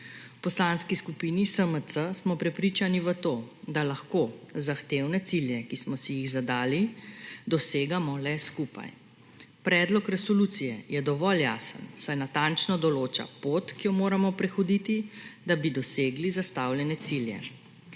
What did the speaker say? V Poslanski skupini SMC smo prepričani v to, da lahko zahtevne cilje, ki smo si jih zadali, dosegamo le skupaj. Predlog resolucije je dovolj jasen, saj natančno določa pot, ki jo moramo prehoditi, da bi dosegli zastavljene cilje.